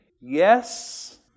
yes